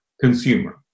consumer